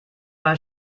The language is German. mein